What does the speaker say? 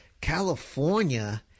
California